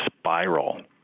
spiral